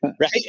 right